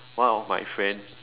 one of my friend